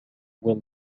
will